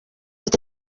ati